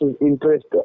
interest